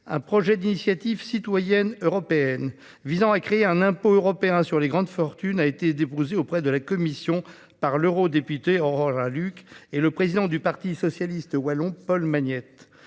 un projet d'initiative citoyenne européenne appelant à créer un impôt européen sur les grandes fortunes a été déposé auprès de la Commission européenne par l'eurodéputée Aurore Lalucq et le président du parti socialiste de Belgique Paul Magnette.